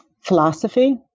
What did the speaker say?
philosophy